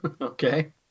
okay